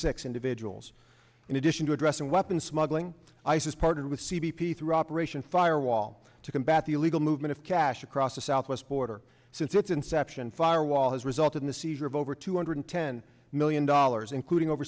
six individuals in addition to addressing weapons smuggling ice has partnered with c b p through operation firewall to combat the illegal movement of cash across the southwest border since its inception firewall has resulted in the seizure of over two hundred ten million dollars including over